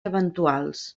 eventuals